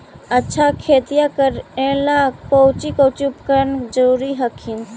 अच्छा खेतिया करे ला कौची कौची उपकरण जरूरी हखिन?